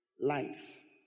lights